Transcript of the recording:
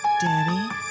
Danny